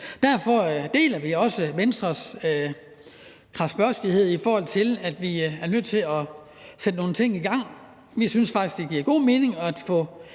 Derfor deler vi også Venstres kradsbørstighed, i forhold til at vi er nødt til at sætte nogle ting i gang. Vi synes faktisk, det giver god mening at få